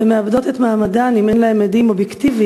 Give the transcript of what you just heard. ומאבדות את מעמדן אם אין להן עדים אובייקטיבים,